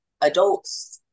adults